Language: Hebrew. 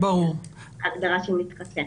הגדרה של מתחסן.